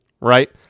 right